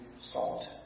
salt